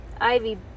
Ivy